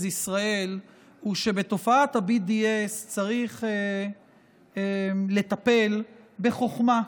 ישראל הוא שבתופעת ה-BDS צריך לטפל בחוכמה,